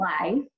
life